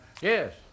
Yes